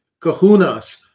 kahunas